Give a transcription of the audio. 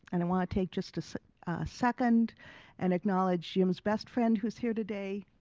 and i want to take just a second and acknowledge jim's best friend who's here today,